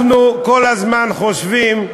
אנחנו כל הזמן חושבים,